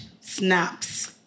Snaps